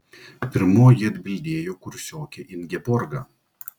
pirmoji atbildėjo kursiokė ingeborga